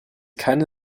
keine